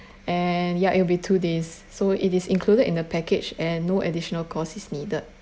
and ya it'll be two days so it is included in the package and no additional costs is needed